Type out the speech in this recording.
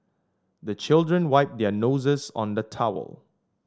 the children wipe their noses on the towel